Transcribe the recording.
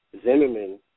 Zimmerman